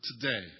today